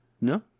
No